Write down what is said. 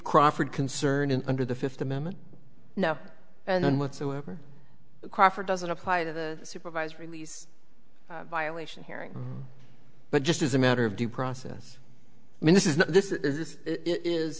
crawford concern and under the fifth amendment now and then whatsoever crawford doesn't apply to the supervised release violation hearing but just as a matter of due process i mean this is this is this is